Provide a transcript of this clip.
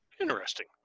interesting